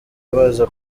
baza